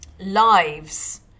Lives